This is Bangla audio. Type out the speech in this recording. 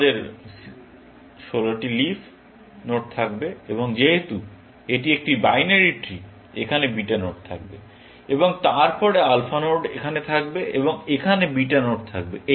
আমাদের 16টি লিফ নোড থাকবে এবং যেহেতু এটি একটি বাইনারি ট্রি এখানে বিটা নোড থাকবে এবং তারপরে আলফা নোড এখানে থাকবে এবং এখানে বিটা নোড থাকবে